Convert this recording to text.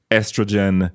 estrogen